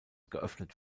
geöffnet